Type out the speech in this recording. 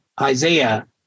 Isaiah